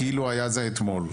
כאילו זה היה אתמול,